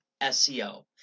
SEO